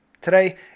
Today